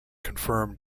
confirmed